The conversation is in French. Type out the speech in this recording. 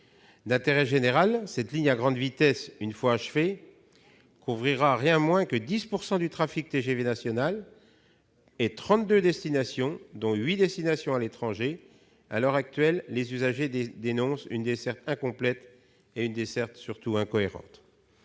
D'intérêt général, cette ligne à grande vitesse, une fois achevée, couvrira pas moins de 10 % du trafic TGV national et desservira 32 destinations, dont 8 à l'étranger. À l'heure actuelle, les usagers dénoncent une desserte incomplète et surtout incohérente.